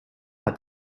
hat